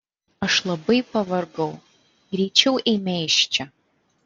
aš labai pavargau greičiau eime iš čia